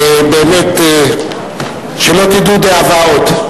ובאמת שלא תדעו דאבה עוד.